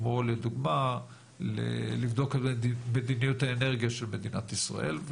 כמו לדוגמה לבדוק את מדיניות האנרגיה של מדינת ישראל,